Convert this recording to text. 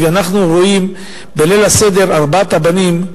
ובליל הסדר אנחנו רואים את ארבעת הבנים,